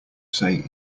say